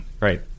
Right